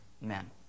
men